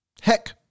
heck